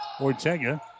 Ortega